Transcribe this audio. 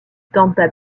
tampa